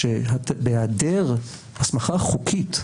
שבהיעדר הסמכה חוקית,